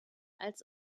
als